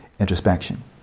Introspection